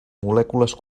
molècules